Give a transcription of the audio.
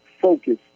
focus